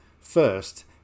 First